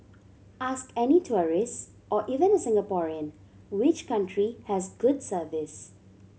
ask any tourists or even a Singaporean which country has good service